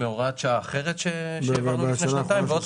מהוראת שעה אחרת שהעברנו לפני שנתיים ועוד